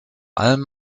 allem